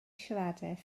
siaradus